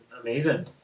Amazing